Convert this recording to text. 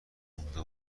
مونده